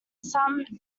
some